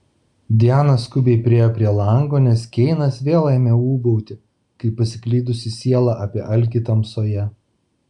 diana skubiai priėjo prie lango nes keinas vėl ėmė ūbauti kaip pasiklydusi siela apie alkį tamsoje